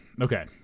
okay